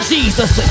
Jesus